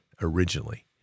originally